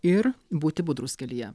ir būti budrūs kelyje